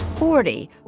Forty